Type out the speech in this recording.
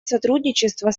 сотрудничества